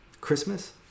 Christmas